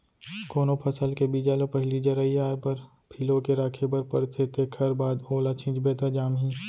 कोनो फसल के बीजा ल पहिली जरई आए बर फिलो के राखे बर परथे तेखर बाद ओला छिंचबे त जामही